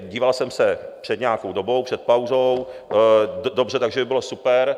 Díval jsem se před nějakou dobou, před pauzou dobře, takže to by bylo super.